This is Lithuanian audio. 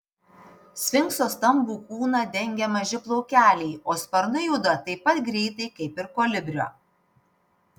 sfinkso stambų kūną dengia maži plaukeliai o sparnai juda taip pat greitai kaip ir kolibrio